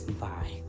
Bye